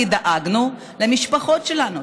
כי דאגנו למשפחות שלנו,